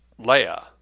Leia